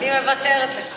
אני מוותרת לך.